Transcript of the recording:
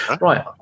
Right